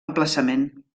emplaçament